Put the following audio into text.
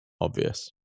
obvious